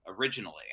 originally